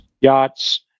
yachts